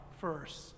first